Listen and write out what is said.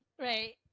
right